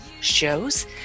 shows